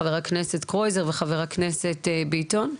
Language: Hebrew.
חבר הכנסת קרויזר וחבר הכנסת ביטון,